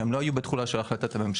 שהם לא היו בתכולה של החלטת הממשלה.